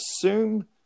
assume